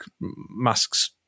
masks